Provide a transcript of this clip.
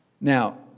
Now